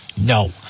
No